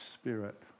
Spirit